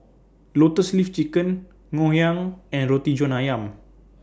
Lotus Leaf Chicken Ngoh Hiang and Roti John Ayam